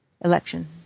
election